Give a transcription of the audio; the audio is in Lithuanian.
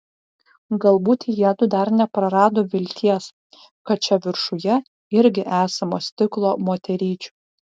galbūt jiedu dar neprarado vilties kad čia viršuje irgi esama stiklo moteryčių